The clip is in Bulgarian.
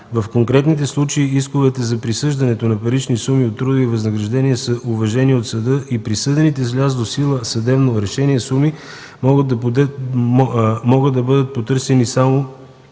В конкретния случай исковете за присъждане на парични суми от трудови възнаграждения са уважени от съда и присъдените с влязло в сила съдебно решение суми могат да бъдат потърсени само